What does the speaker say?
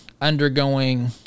undergoing